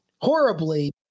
horribly